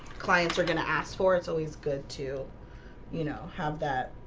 clients are gonna ask for it's always good to you know have that,